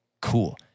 cool